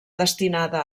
destinada